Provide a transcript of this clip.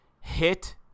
hit